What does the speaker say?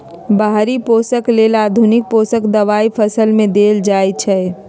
बाहरि पोषक लेल आधुनिक पोषक दबाई फसल में देल जाइछइ